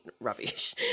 rubbish